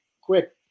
quick